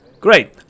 Great